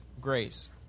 grace